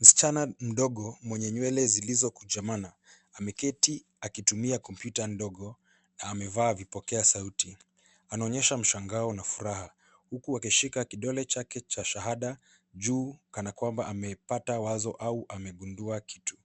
Msichana mdogo, mwenye nywele zilizokunjamana, ameketi akitumia kompyuta ndogo, na amevaa vipokea sauti. Anaonyesha mshangao na furaha, huku akishika kidole chake cha shahada juu kana kwamba amepata wazo au amegundua kitu.